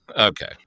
Okay